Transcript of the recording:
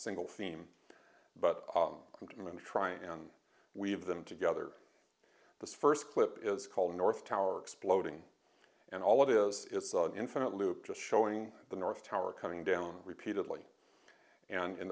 single theme but i'm going to try and weave them together the first clip is called north tower exploding and all it is is an infinite loop just showing the north tower coming down repeatedly and in